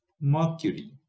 Mercury